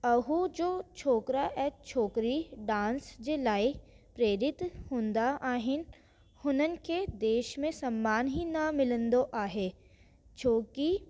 ऐं जो छोकिरा ऐं छोकिरी डांस जे लाइ प्रेरित हूंदा आहिनि हुननि खे देश में संमान ई न मिलंदो आहे छो की